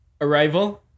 Arrival